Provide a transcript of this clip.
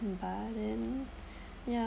but then ya